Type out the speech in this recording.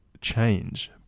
change